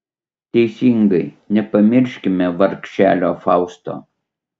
teisingai nepamirškime vargšelio fausto